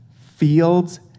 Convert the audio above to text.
fields